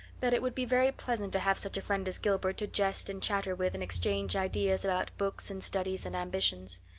that it would be very pleasant to have such a friend as gilbert to jest and chatter with and exchange ideas about books and studies and ambitions.